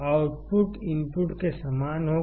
output input के समान होगा